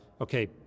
okay